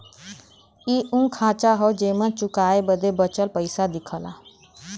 इ उ खांचा हौ जेमन चुकाए बदे बचल पइसा दिखला